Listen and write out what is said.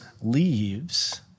leaves